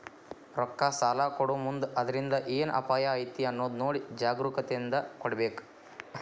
ರೊಕ್ಕಾ ಸಲಾ ಕೊಡೊಮುಂದ್ ಅದ್ರಿಂದ್ ಏನ್ ಅಪಾಯಾ ಐತಿ ಅನ್ನೊದ್ ನೊಡಿ ಜಾಗ್ರೂಕತೇಂದಾ ಕೊಡ್ಬೇಕ್